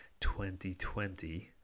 2020